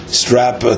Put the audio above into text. strap